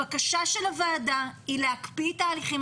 הבקשה של הוועדה היא להקפיא את ההליכים.